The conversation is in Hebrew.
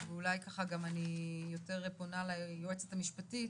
אולי ככה אני יותר פונה ליועצת המשפטית,